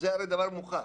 זה הרי דבר מוכח